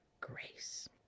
grace